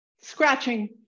scratching